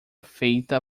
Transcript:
feita